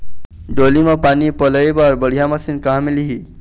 डोली म पानी पलोए बर बढ़िया मशीन कहां मिलही?